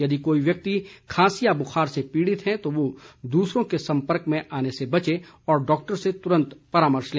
यदि कोई व्यक्ति खांसी या बुखार से पीड़ित है तो वह दूसरों के संपर्क में आने से बचे और डॉक्टर से तुरंत परामर्श ले